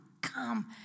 come